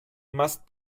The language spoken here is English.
must